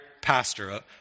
pastor